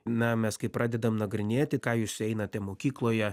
na mes kai pradedam nagrinėti ką jūs einate mokykloje